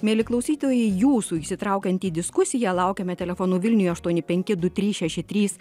mieli klausytojai jūsų įsitraukiant į diskusiją laukiame telefonu vilniuje aštuoni penki du trys šeši trys